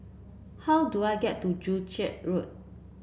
how do I get to Joo Chiat Road